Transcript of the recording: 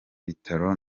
bitaro